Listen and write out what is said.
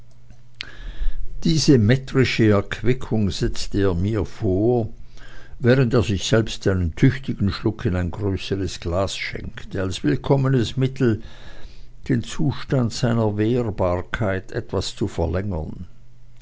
diese metrische erquickung setzte er mir vor während er sich selbst einen tüchtigen schluck in ein größeres glas schenkte als willkommenes mittel den zustand seiner wehrbarkeit etwas zu verlängern